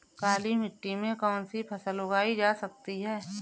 काली मिट्टी में कौनसी फसल उगाई जा सकती है?